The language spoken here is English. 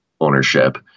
ownership